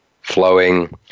flowing